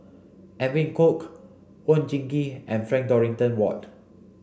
Edwin Koek Oon Jin Gee and Frank Dorrington Ward